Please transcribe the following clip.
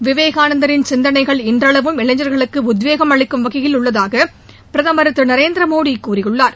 விவேகானந்தரின் சிந்தனைகள் இன்றளவும் இளைஞர்களுக்கு உத்வேகம் அளிக்கும் வகையில் உள்ளதாக பிரதமர் திரு நரேந்திரமோடி கூறியுள்ளார்